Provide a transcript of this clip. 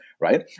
right